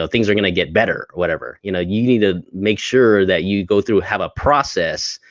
ah things are gonna get better or whatever. you know you need to make sure that you go through, have a process.